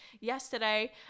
yesterday